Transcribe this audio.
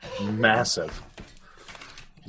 Massive